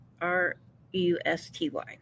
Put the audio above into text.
R-U-S-T-Y